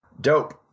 Dope